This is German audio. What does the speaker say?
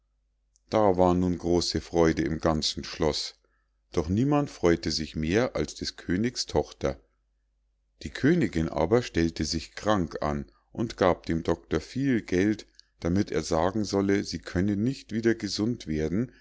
da war nun große freude im ganzen schloß doch niemand freu'te sich mehr als des königs tochter die königinn aber stellte sich krank an und gab dem doctor viel geld damit er sagen solle sie könne nicht wieder gesund werden